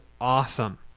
awesome